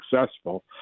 successful